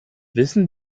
wissen